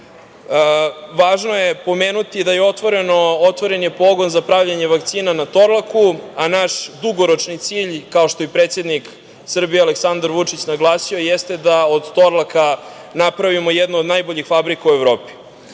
posle. Važno je pomenuti da je otvoren pogon za pravljenje vakcina na Torlaku, a naš dugoročni cilj, kao što je i predsednik Srbije Aleksandar Vučić naglasio jeste da od Torlaka napravimo jednu od najboljih fabrika u Evropi.